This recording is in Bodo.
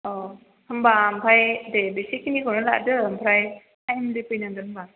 औ होमबा ओमफाय दे बेसेखिनिखौनो लादो ओमफ्राय थाइमलि फैनांगोन होनबा